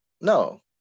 no